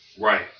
Right